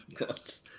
yes